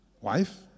wife